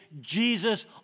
Jesus